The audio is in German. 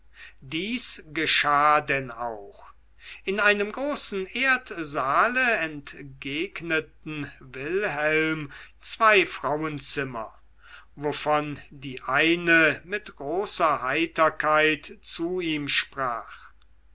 dies geschah denn auch in einem großen erdsaale entgegneten ihm zwei frauenzimmer wovon die eine mit großer heiterkeit zu ihm sprach